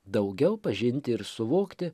daugiau pažinti ir suvokti